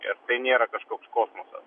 ir nėra kažkoks kosmosas